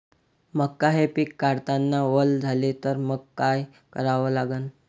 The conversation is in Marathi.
मका हे पिक काढतांना वल झाले तर मंग काय करावं लागन?